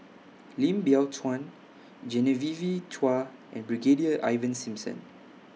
Lim Biow Chuan Genevieve Chua and Brigadier Ivan Simson